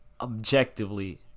objectively